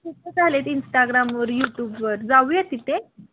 खूपं झाले ते इंस्टाग्रामवर यूटूबवर जाऊया तिथे